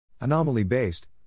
Anomaly-based